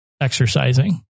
exercising